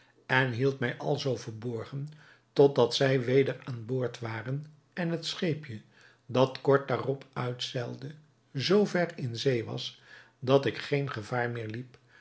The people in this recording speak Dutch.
en hield mij alzoo verborgen tot dat zij weder aan boord waren en het scheepje dat kort daarop uitzeilde zoo ver in zee was dat ik geen gevaar meer